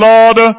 Lord